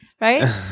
Right